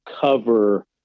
cover